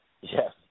Yes